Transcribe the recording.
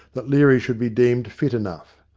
that leary should be deemed fit enough.